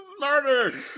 murder